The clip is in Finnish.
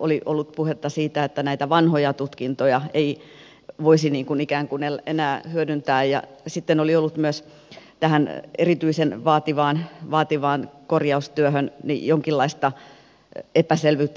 oli ollut puhetta siitä että näitä vanhoja tutkintoja ei voisi ikään kuin enää hyödyntää ja sitten oli ollut myös tämän erityisen vaativan korjaustyön määrittelyyn liittyen jonkinlaista epäselvyyttä